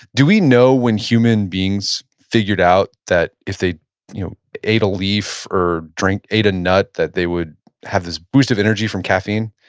do we know when human beings figured out that if they you know ate a leaf or drink, ate a nut, that they would have this boost of energy from caffeine?